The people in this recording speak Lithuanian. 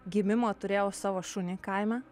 gimimo turėjau savo šunį kaime